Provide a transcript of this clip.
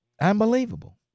Unbelievable